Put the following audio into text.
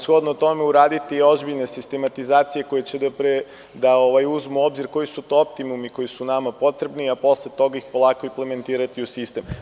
Shodno tome uraditi ozbiljne sistematizacije koje će da uzmu u obzir koji su to optimumi koji su nama potrebni, a posle toga ih polako implementirati u sistem.